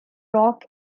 rock